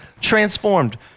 transformed